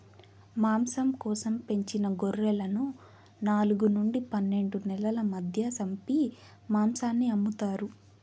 మాంసం కోసం పెంచిన గొర్రెలను నాలుగు నుండి పన్నెండు నెలల మధ్య సంపి మాంసాన్ని అమ్ముతారు